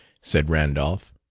said randolph.